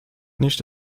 nicht